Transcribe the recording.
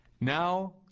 Now